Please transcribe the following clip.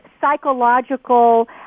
psychological